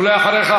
ואחריך,